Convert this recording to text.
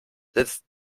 sitzt